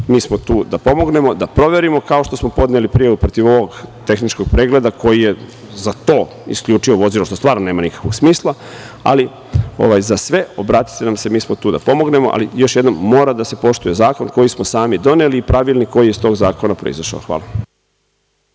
Mi smo tu da pomognemo, da proverimo kao što smo podneli prijavu protiv ovog tehničkog pregleda koji je za ta to isključio vozilo, što stvarno nema nikakvog smisla. Za sve obratite nam se. Mi smo tu da pomognemo, ali mora da se poštuje zakon koji smo sami doneli i Pravilnik koji je iz tog zakona proizašao. Hvala.